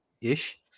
ish